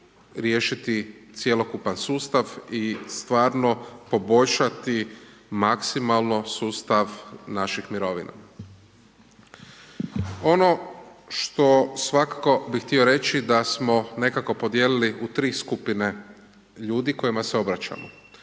riješiti cjelokupan sustav i stvarno poboljšati maksimalno sustav naših mirovina. Ono što svakako bi htio reći da smo nekako podijelili u tri skupine ljudi kojima se obraćamo.